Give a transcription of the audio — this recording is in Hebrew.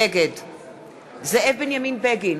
נגד זאב בנימין בגין,